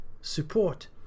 support